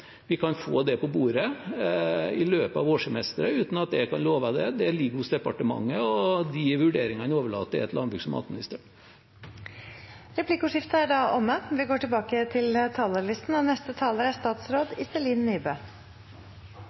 vi kan få det på bordet i løpet av vårsemesteret, uten at jeg kan love det. Det ligger hos departementet, og de vurderingene overlater jeg til landbruks- og matministeren. Replikkordskiftet er omme. Norsk næringsliv er hardt rammet av pandemien, og konsekvensene er